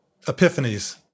epiphanies